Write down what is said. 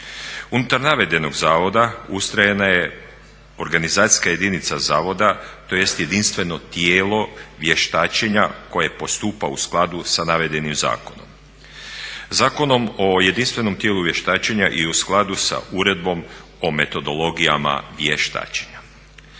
Unutar navedenog zavoda ustrojena je organizacijska jedinica zavoda, tj. jedinstveno tijelo vještačenja koje postupa u skladu sa navedenim zakonom. Zakonom o jedinstvenom tijelu vještačenja i u skladu sa uredbom o metodologijama vještačenja.